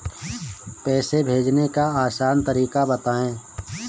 पैसे भेजने का आसान तरीका बताए?